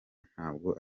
ntabwo